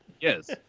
Yes